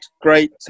Great